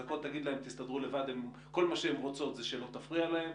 רשויות חזקות יכולות להסתדר לבד וכל מה שהן רוצות זה שלא תפריע להן.